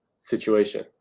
situation